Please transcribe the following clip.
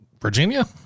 Virginia